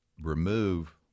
remove